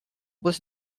was